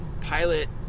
pilot